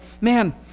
man